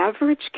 average